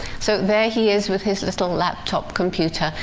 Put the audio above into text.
so there he is with his little laptop computer,